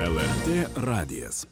lrt radijas